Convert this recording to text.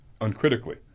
uncritically